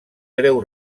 greu